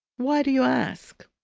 why do you ask?